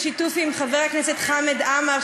בשיתוף עם חבר הכנסת חמד עמאר,